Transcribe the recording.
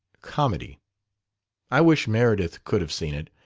comedy' i wish meredith could have seen it!